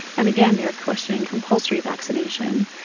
and again they were questioning compulsory vaccination.